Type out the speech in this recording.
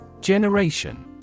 Generation